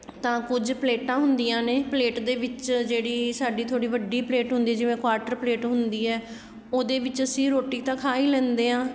ਤਾਂ ਕੁਝ ਪਲੇਟਾਂ ਹੁੰਦੀਆਂ ਨੇ ਪਲੇਟ ਦੇ ਵਿੱਚ ਜਿਹੜੀ ਸਾਡੀ ਥੋੜ੍ਹੀ ਵੱਡੀ ਪਲੇਟ ਹੁੰਦੀ ਜਿਵੇਂ ਕੁਆਟਰ ਪਲੇਟ ਹੁੰਦੀ ਹੈ ਉਹਦੇ ਵਿੱਚ ਅਸੀਂ ਰੋਟੀ ਤਾਂ ਖਾ ਹੀ ਲੈਂਦੇ ਹਾਂ